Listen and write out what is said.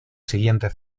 siguiente